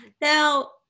Now